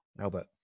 Albert